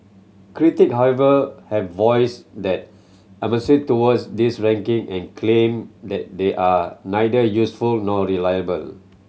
critic however have voiced their towards these ranking and claim that they are neither useful nor reliable